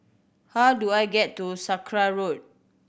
how do I get to Sakra Road